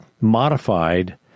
modified